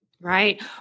Right